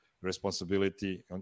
responsibility